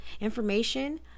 information